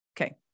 Okay